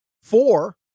Four